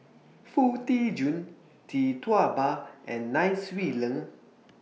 Foo Tee Jun Tee Tua Ba and Nai Swee Leng